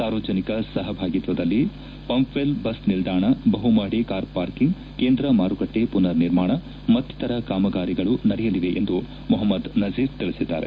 ಸಾರ್ವಜನಿಕ ಸಹಭಾಗಿತ್ವದಲ್ಲಿ ಪಂಪ್ವೆಲ್ ಬಸ್ ನಿಲ್ದಾಣ ಬಹು ಮಹಡಿ ಕಾರ್ ಪಾರ್ಕಿಂಗ್ ಕೇಂದ್ರ ಮಾರುಕಟ್ಟೆ ಪುನರ್ ನಿರ್ಮಾಣ ಮತ್ತಿತರ ಕಾಮಗಾರಿಗಳು ನಡೆಯಲಿವೆ ಎಂದು ಮೊಹಮ್ದದ್ ನಝೀರ್ ತಿಳಿಸಿದ್ದಾರೆ